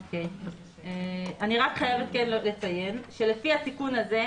אני חייבת לציין שלפי התיקון הזה,